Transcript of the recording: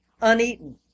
uneaten